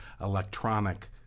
electronic